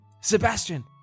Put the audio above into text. Sebastian